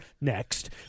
next